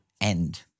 end